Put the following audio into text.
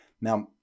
Now